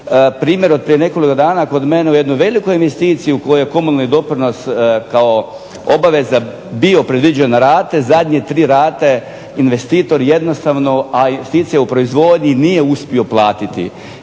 Primjer od prije nekoliko dana kod mene u jednu veliku investiciju u kojoj je komunalni doprinos kao obveza bio predviđen na rate, zadnje tri rate investitor jednostavno, a investicije u proizvodnji nije uspio platiti.